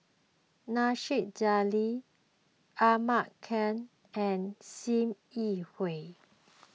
Nasir Jalil Ahmad Khan and Sim Yi Hui